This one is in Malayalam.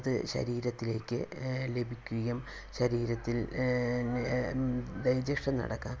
അത് ശരീരത്തിലേയ്ക്ക് ലഭിക്കുകയും ശരീരത്തിൽ ഡൈജെഷൻ നടക്കാൻ